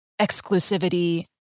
exclusivity